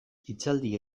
hitzaldi